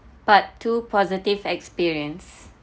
part two positive experience